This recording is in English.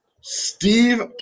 Steve